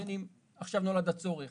בין אם עכשיו נולד הצורך